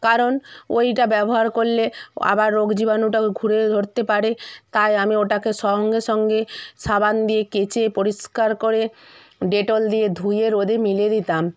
কারণ ওইটা ব্যবহার করলে আবার রোগ জীবাণুটাও ঘুরে ধরতে পারে তাই আমি ওটাকে সঙ্গে সঙ্গে সাবান দিয়ে কেচে পরিষ্কার করে ডেটল দিয়ে ধুয়ে রোদে মিলে দিতাম